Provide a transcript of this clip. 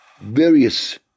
various